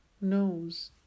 knows